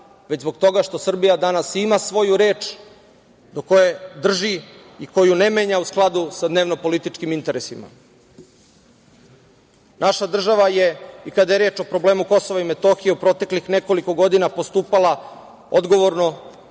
već zbog toga što Srbija danas ima svoju reč do koje drži i koju ne menja u skladu sa dnevno političkim interesima. Naša država je i kada je reč o problemu Kosoiva i Metohije u proteklih nekoliko godina postupala odgovorno,